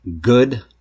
good